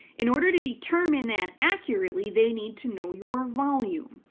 in order to determine that accurately they need to know your volume.